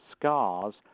scars